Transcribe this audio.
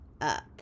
up